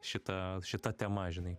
šita šita tema žinai